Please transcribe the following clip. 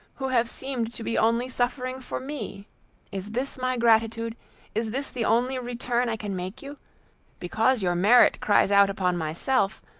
who have seemed to be only suffering for me is this my gratitude is this the only return i can make you because your merit cries out upon myself,